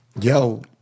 yo